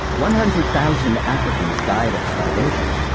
one hundred thousand africans died of starvation.